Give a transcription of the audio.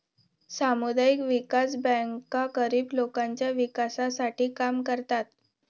सामुदायिक विकास बँका गरीब लोकांच्या विकासासाठी काम करतात